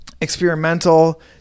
experimental